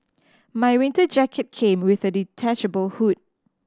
my winter jacket came with a detachable hood